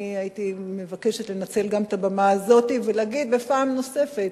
אני הייתי מבקשת לנצל גם את הבמה הזאת ולהגיד פעם נוספת,